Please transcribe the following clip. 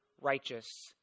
righteous